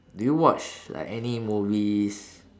do you watch like any movies